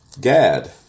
Gad